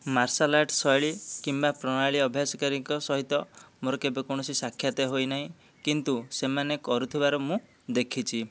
marshal art ଶୈଳୀ କିମ୍ବା ପ୍ରଣାଳୀ ଅଭ୍ୟାସକାରୀଙ୍କ ସହିତ ମୋର କେବେ କୌଣସି ସାକ୍ଷାତ ହୋଇନାହିଁ କିନ୍ତୁ ସେମାନେ କରୁଥିବାର ମୁଁ ଦେଖିଛି